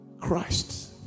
Christ